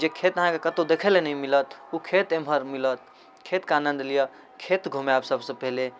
जे खेत अहाँके कतहु देखैलए नहि मिलत ओ खेत एम्हर मिलत खेतके आनन्द लिअऽ खेत घुमाएब सबसँ पहिले